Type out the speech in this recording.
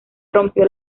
rompió